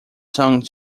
song